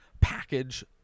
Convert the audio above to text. package